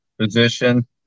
Position